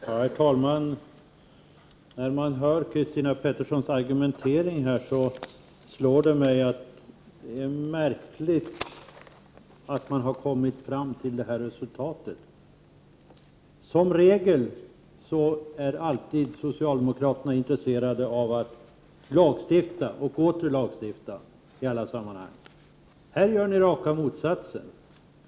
Herr talman! När jag hör Christina Petterssons argumentering slår det mig att det är märkligt att man har kommit fram till det här resultatet. Som regel är socialdemokraterna alltid intresserade av att lagstifta och åter lagstifta i alla sammanhang. Här gör ni raka motsatsen.